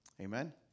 Amen